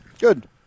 Good